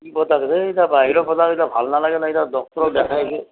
বাহিৰত বজাৰবিলাক ভাল নালাগে দিয়ক ডক্তৰক দেখাইছোঁ